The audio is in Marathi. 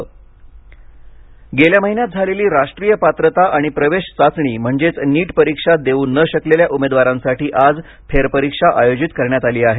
नीट फेरपरीक्षा गेल्या महिन्यात झालेली राष्ट्रीय पात्रता आणि प्रवेश चाचणी म्हणजेच नीट परीक्षा देऊ न शकलेल्या उमेदवारांसाठी आज फेरपरीक्षा आयोजित करण्यात आली आहे